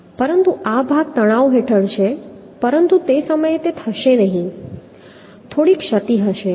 પરંતુ આ ભાગ તણાવ હેઠળ છે પરંતુ તે સમયે તે થશે નહીં થોડી ક્ષતિ હશે